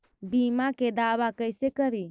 बीमा के दावा कैसे करी?